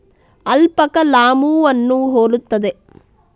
alpaca ಲಾಮೂವನ್ನು ಹೋಲುತ್ತದೆ